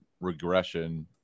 regression